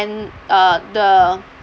and uh the